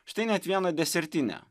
štai net vieną desertinę